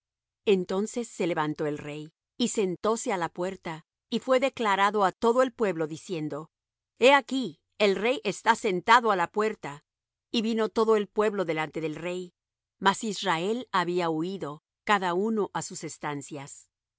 entonces se levantó el rey y sentóse á la puerta y fué declarado á todo el pueblo diciendo he aquí el rey está sentado á la puerta y vino todo el pueblo delante del rey mas israel había huído cada uno á sus estancias